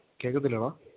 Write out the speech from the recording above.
കേൾക്കുന്നില്ലേടാ